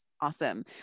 Awesome